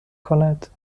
کند